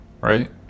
right